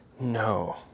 No